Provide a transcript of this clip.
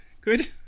good